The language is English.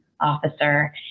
officer